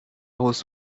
was